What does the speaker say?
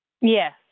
Yes